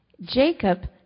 Jacob